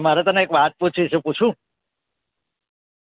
મારે તને એક વાત પૂછવી છે પુછું